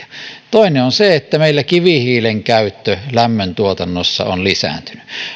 toinen on se että meillä kivihiilen käyttö lämmöntuotannossa on lisääntynyt